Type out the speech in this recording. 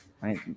right